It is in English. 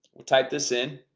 we'll type this in